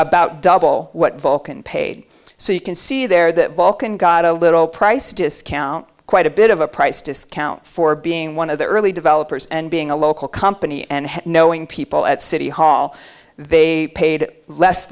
about double what vulcan paid so you can see there that vulcan got a little price discount quite a bit of a price discount for being one of the early developers and being a local company and knowing people at city hall they paid less